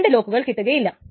രണ്ട് ലോക്കുകൾ കിട്ടുകയില്ല